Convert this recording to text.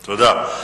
תודה.